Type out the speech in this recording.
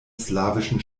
slawischen